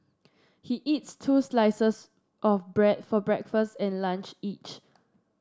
he eats two slices of bread for breakfast and lunch each